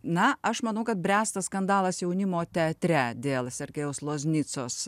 na aš manau kad bręsta skandalas jaunimo teatre dėl sergejaus loznicos